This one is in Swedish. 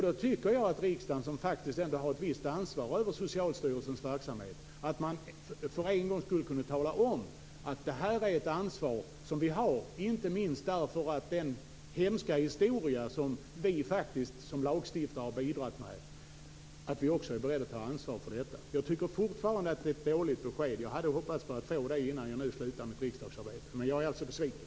Då tycker jag att riksdagen, som faktiskt ändå har ett visst ansvar för Socialstyrelsens verksamhet, för en gångs skull kunde tala om att det här är ett ansvar som vi har. Inte minst har vi detta ansvar på grund av den hemska historia som vi som lagstiftare faktiskt har bidragit till. Det är viktigt att vi också är beredda att ta ansvar för detta. Jag tycker fortfarande att det är ett dåligt besked. Jag hade hoppats på att få ett bättre besked innan jag nu slutar mitt riksdagsarbete. Men jag är alltså besviken.